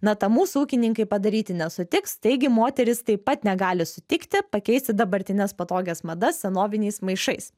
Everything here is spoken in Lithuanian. na tą mūsų ūkininkai padaryti nesutiks taigi moterys taip pat negali sutikti pakeisti dabartines patogias madas senoviniais maišais